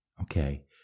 Okay